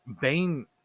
Bane